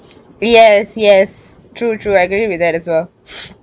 yes yes true true I agree with that as well